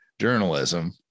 journalism